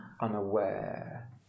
Unaware